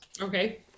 Okay